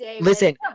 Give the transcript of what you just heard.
listen